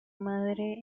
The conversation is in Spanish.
madre